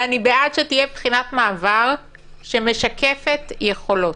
ואני בעד שתהיה בחינת מעבר שמשקפת יכולות,